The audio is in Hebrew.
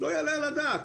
לא יעלה על הדעת.